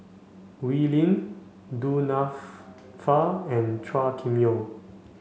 Wee Lin Du and Chua Kim Yeow